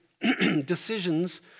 decisions